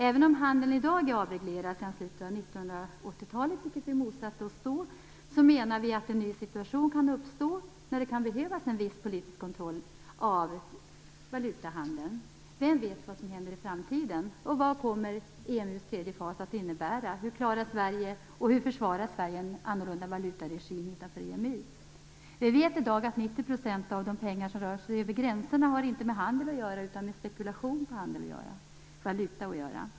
Även om handeln i dag är avreglerad sedan slutet av 1980-talet, då vi motsatte oss det, menar vi att en ny situation kan uppstå där det kan behövas en viss politisk kontroll av valutahandeln. Vem vet vad som händer i framtiden, och vad kommer EMU:s tredje fas att innebära? Hur försvarar Sverige en annorlunda valutaregim utanför EMU? Vi vet i dag att 90 % av de pengar som rör sig över gränserna inte har med handel att göra utan med spekulation på valuta.